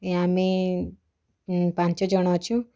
ଏ ଆମେ ପାଞ୍ଚଜଣ ଅଛୁ